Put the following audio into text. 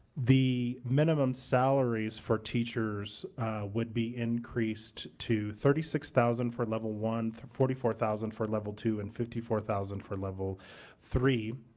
the minimum salaries for teachers would be increased to thirty six thousand for level one, forty four thousand for level two and fifty four thousand for level three.